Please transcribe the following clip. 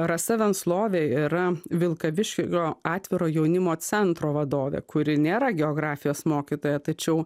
rasa venslovė yra vilkaviškio atviro jaunimo centro vadovė kuri nėra geografijos mokytoja tačiau